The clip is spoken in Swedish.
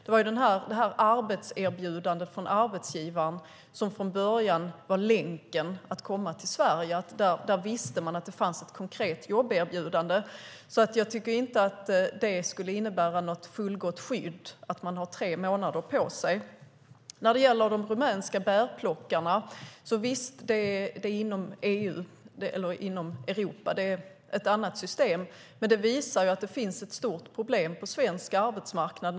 Det var ju arbetserbjudandet från arbetsgivaren som var länken för att komma till Sverige. Man visste att det fanns ett konkret jobberbjudande. Att man har tre månader på sig innebär inget fullgott skydd. När det gäller de rumänska bärplockarna stämmer det att det är inom Europa, och det är ett annat system. Det visar dock att det finns ett stort problem på svensk arbetsmarknad.